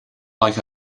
like